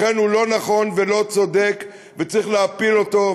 לכן הוא לא נכון ולא צודק, וצריך להפיל אותו.